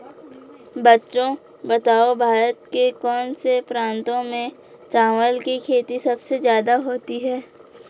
बच्चों बताओ भारत के कौन से प्रांतों में चावल की खेती सबसे ज्यादा होती है?